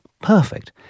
Perfect